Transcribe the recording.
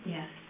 Yes